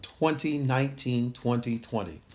2019-2020